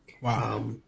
Wow